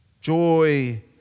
Joy